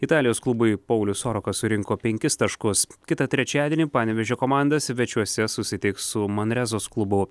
italijos klubui paulius sorokas surinko penkis taškus kitą trečiadienį panevėžio komanda svečiuose susitiks su manrezos klubu